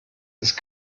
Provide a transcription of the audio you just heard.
ist